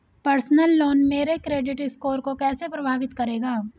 Personal loan मेरे credit score को कैसे प्रभावित करेगा?